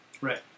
Right